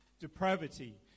depravity